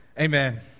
Amen